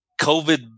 COVID